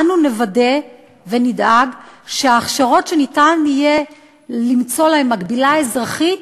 אנו נוודא ונדאג שההכשרות שיהיה אפשר למצוא להן מקבילה אזרחית,